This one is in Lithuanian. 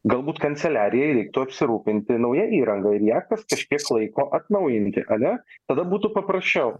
galbūt kanceliarijai reiktų apsirūpinti nauja įranga ir ją kas kažkiek laiko atnaujinti ane tada būtų paprasčiau